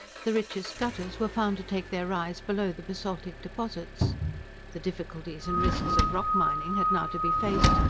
the richest gutters were found to take their rise below the basaltic deposits the difficulties and risks of rock-mining had now to be faced,